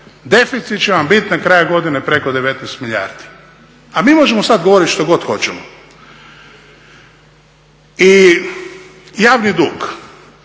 deficit će vam biti na kraju godine preko 19 milijardi, a mi možemo sada govoriti što god hoćemo. I javni dug,